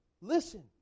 Listen